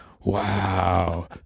Wow